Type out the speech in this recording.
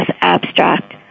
abstract